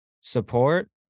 support